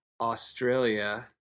Australia